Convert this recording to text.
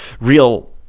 real